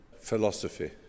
Philosophy